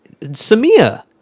samia